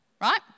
Right